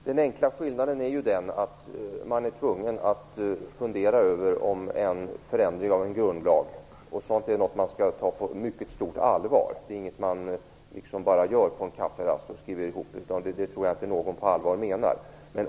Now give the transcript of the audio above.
Herr talman! Den enkla skillnaden är den att man är tvungen att fundera över en förändring av en grundlag. Sådant är något som man skall ta på ett mycket stort allvar. Det är inget man skriver ihop på en kafferast, och det tror jag inte någon på allvar menar.